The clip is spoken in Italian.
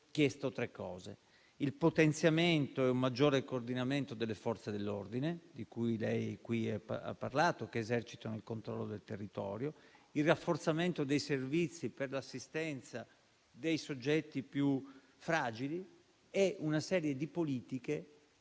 chiesto tre cose: il potenziamento e un maggiore coordinamento delle Forze dell'ordine, di cui ella ha parlato, che esercitano il controllo del territorio; il rafforzamento dei servizi per l'assistenza dei soggetti più fragili e una serie di politiche